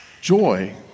Joy